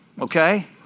okay